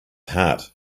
heart